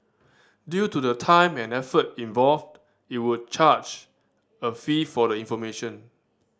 due to the time and effort involved it would charge a fee for the information